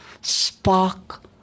spark